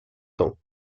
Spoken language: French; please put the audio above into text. temps